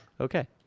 okay